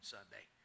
Sunday